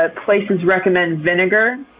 ah places recommend vinegar.